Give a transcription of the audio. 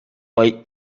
lake